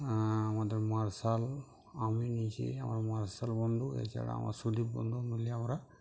আমাদের মার্শাল আমি নিচে আমার মার্শাল বন্ধু এছাড়া আমার সুদীপ বন্ধু মিলে আমরা